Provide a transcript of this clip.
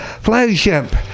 Flagship